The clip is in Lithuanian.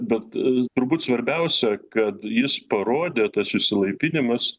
bet turbūt svarbiausia kad jis parodė tas išsilaipinimas